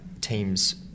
teams